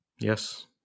Yes